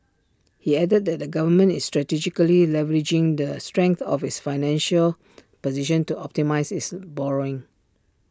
he added that the government is strategically leveraging the strength of its financial position to optimise its borrowing